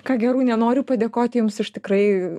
ką gi arūne noriu padėkoti jums už tikrai